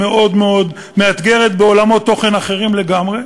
המאוד-מאוד מאתגרת בעולמות תוכן אחרים לגמרי.